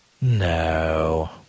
No